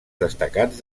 destacats